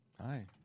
Hi